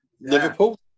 Liverpool